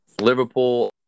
Liverpool